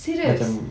serious